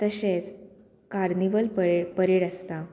तशेंच carnival parade आसता